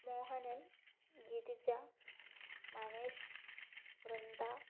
Mohanan Girija Manesh Vrinda